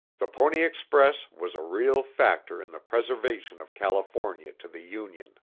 the pony express was a real factor in the preservation of california to the union.